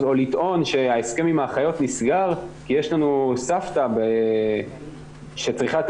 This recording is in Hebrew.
או לטעון שההסכם עם האחיות נסגר כי יש לנו סבתא שצריכה את